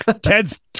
Ted's